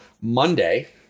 Monday